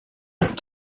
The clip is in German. ist